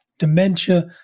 Dementia